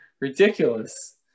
ridiculous